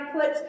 put